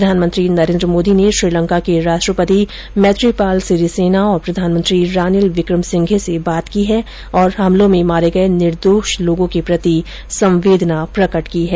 प्रधानमंत्री नरेन्द्र मोदी ने श्रीलंका के राष्ट्रपति मैत्रीपाल सिरिसेना और प्रधानमंत्री रानिल विक्रमसिंघे से बात की है और हमलों में मारे गए निर्दोष लोगों के प्रति संवेदना प्रकट की है